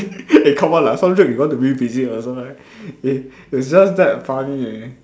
eh come on lah some joke we want to revisit also right it it's just that funny eh